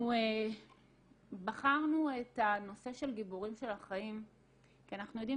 אנחנו בחרנו את הנושא של גיבורים של החיים כי אנחנו יודעים